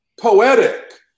poetic